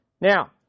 now